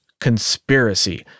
conspiracy